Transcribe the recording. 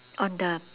on the